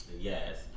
Yes